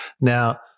Now